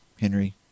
Henry